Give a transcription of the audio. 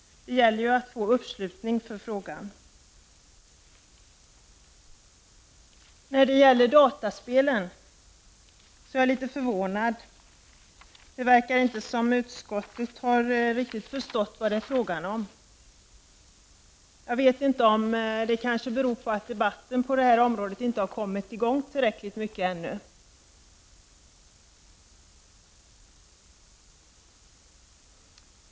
Det gäller att få uppslutning i frågan. När det gäller dataspelen är jag förvånad; det verkar inte som om utskottet 157 har förstått vad det är fråga om. Jag vet inte om det beror på att debatten på detta område inte har kommit i gång tillräckligt ännu.